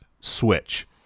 switch